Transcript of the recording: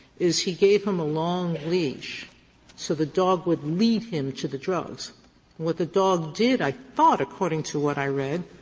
is he gave him a long leash so the dog would lead him to the drugs. and what the dog did, i thought, according to what i read,